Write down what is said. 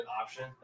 option